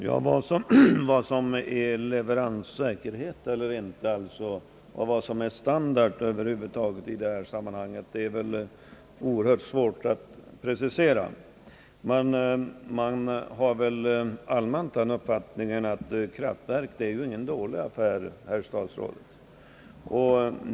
Herr talman! Vad som är leveranssäkerhet eller inte och vad som är standard över huvud taget i detta sammanhang är det oerhört svårt att precisera. Man har väl allmänt den uppfattningen att kraftverk inte är någon dålig affär, herr statsråd.